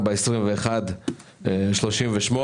(פ/2421/38),